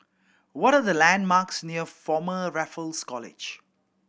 what are the landmarks near Former Raffles College